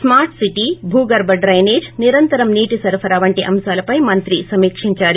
smart city భూగర్బ drainage నిరంతరం నీటి సరఫరా వంటి అంశాలపై మంత్రి సమీకిందారు